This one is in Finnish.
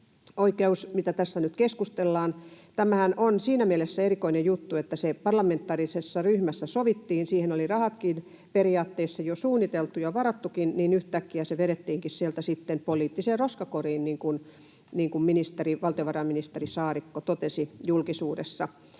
mitä tässä nyt keskustellaan. Tämähän on siinä mielessä erikoinen juttu, että vaikka se parlamentaarisessa ryhmässä sovittiin ja siihen oli rahatkin periaatteessa jo suunniteltu ja varattukin, niin yhtäkkiä se vedettiinkin sieltä sitten poliittiseen roskakoriin, niin kuin valtiovarainministeri Saarikko totesi julkisuudessa,